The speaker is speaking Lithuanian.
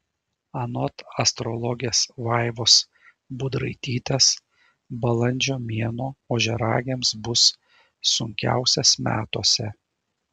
anot astrologės vaivos budraitytės balandžio mėnuo ožiaragiams bus sunkiausias metuose